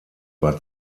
war